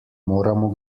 moramo